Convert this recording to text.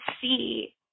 see